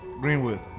Greenwood